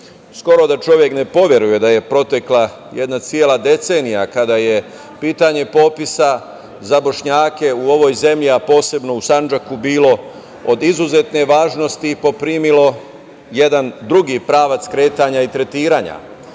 da čovek ne poveruje da je protekla jedna cela decenija kada je pitanje popisa za Bošnjake u ovoj zemlji, a posebno u Sandžaku bilo od izuzetne važnosti, poprimilo jedan drugi pravac kretanja i tretiranja.